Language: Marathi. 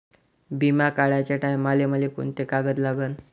बिमा काढाचे टायमाले मले कोंते कागद लागन?